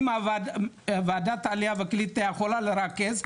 אם וועדת העלייה והקליטה יכולה לרכז,